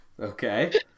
okay